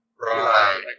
Right